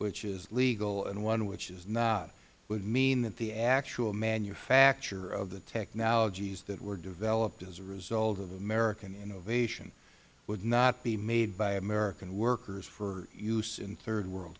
which is legal and one which is not would mean that the actual manufacture of the technologies that were developed as a result of american innovation would not be made by american workers for use in third world